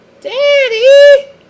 daddy